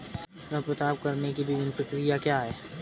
ऋण प्राप्त करने की विभिन्न प्रक्रिया क्या हैं?